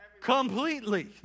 completely